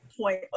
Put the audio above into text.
point